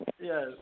yes